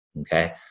Okay